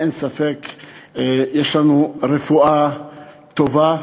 אין ספק, יש לנו רפואה טובה,